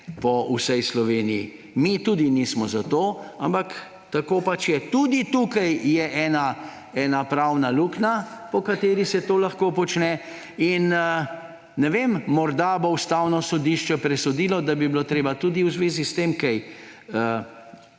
po vsej Sloveniji. Mi tudi nismo za to, ampak tako pač je. Tudi tukaj je ena pravna luknja, po kateri se to lahko počne. Ne vem, morda bo Ustavno sodišče presodilo, da bi bilo treba tudi v zvezi s tem